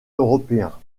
européens